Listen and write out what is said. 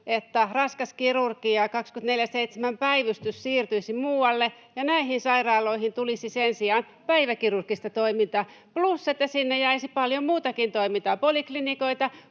että raskas kirurgia ja 24/7-päivystys siirtyisivät muualle ja näihin sairaaloihin tulisi sen sijaan päiväkirurgista toimintaa, plus että sinne jäisi paljon muutakin toimintaa: poliklinikoita,